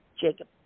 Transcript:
Jacob